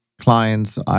Clients